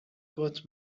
got